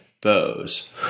bows